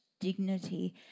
dignity